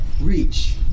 reach